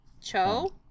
Cho